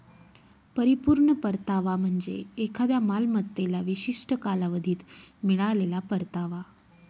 परिपूर्ण परतावा म्हणजे एखाद्या मालमत्तेला विशिष्ट कालावधीत मिळालेला परतावा